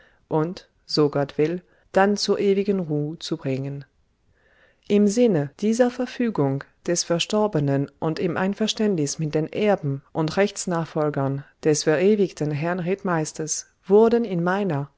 und so gott will dann zur ewigen ruhe zu bringen im sinne dieser verfügung des verstorbenen und im einverständnis mit den erben und rechtsnachfolgern des verewigten herrn rittmeisters wurden in meiner